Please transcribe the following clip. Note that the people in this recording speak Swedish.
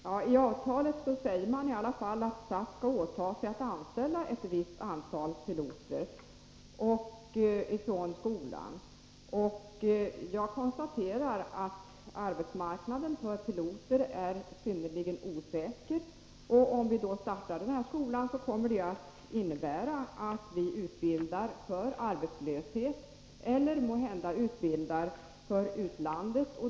Herr talman! I avtalet sägs det i alla fall att SAS skall åta sig att anställa ett visst antal piloter från skolan. Jag konstaterar att arbetsmarknaden för piloter är synnerligen osäker. Om vi startar denna skola kommer det att innebära att vi utbildar för arbetslöshet, eller måhända för utlandet.